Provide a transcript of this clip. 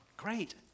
Great